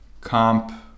comp